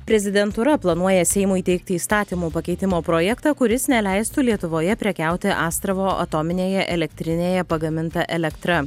prezidentūra planuoja seimui teikti įstatymų pakeitimo projektą kuris neleistų lietuvoje prekiauti astravo atominėje elektrinėje pagaminta elektra